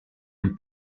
une